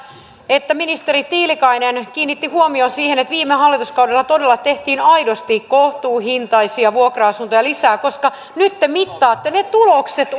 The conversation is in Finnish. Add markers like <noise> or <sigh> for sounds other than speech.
että ministeri tiilikainen kiinnitti huomion siihen että viime hallituskaudella todella tehtiin aidosti kohtuuhintaisia vuokra asuntoja lisää koska nyt te mittaatte ne tulokset <unintelligible>